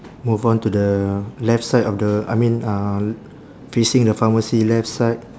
move on to the left side of the I mean uh l~ facing the pharmacy left side